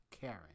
Karen